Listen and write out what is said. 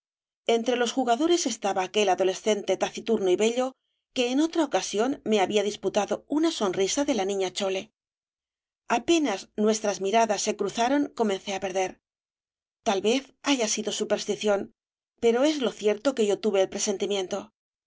entre los jugadores estaba aquel adolescente taciturno y bello que en otra ocasión me había disputado una sonrisa de la niña chole apenas nuestras miradas se cruzaron comencé á perder tal vez haya sido superstición pero es lo cierto que yo tuve el presentimiento el